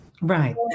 Right